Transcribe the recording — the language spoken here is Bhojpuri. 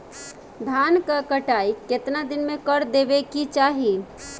धान क कटाई केतना दिन में कर देवें कि चाही?